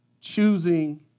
choosing